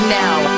now